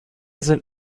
sind